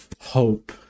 hope